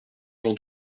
jean